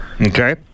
Okay